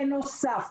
בנוסף,